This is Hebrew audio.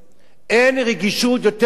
אין רגישות יותר גבוהה,